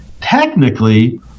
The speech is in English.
technically